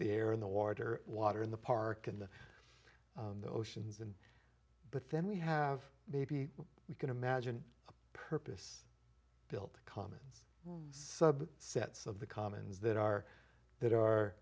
the air in the water water in the park and the oceans and but then we have maybe we can imagine a purpose built commons sub sets of the commons that are that are